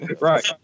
Right